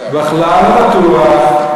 17. בכלל לא בטוח.